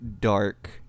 dark